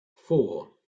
four